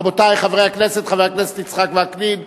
רבותי חברי הכנסת, חבר הכנסת יצחק וקנין,